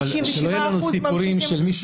אבל שלא יהיו לנו סיפורים של מישהו